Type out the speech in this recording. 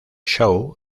show